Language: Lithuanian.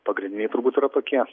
pagrindiniai turbūt yra tokie